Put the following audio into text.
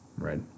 right